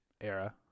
era